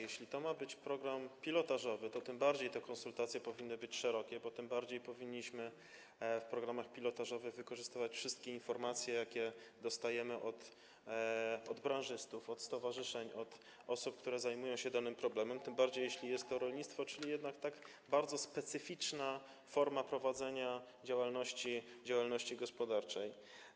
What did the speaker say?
Jeśli to ma być program pilotażowy, to tym bardziej te konsultacje powinny być szerokie, bo powinniśmy w programach pilotażowych wykorzystywać wszystkie informacje, jakie dostajemy od branżystów, od stowarzyszeń, od osób, które zajmują się danym problemem, tym bardziej jeśli jest to rolnictwo, czyli jednak bardzo specyficzna forma prowadzenia działalności gospodarczej.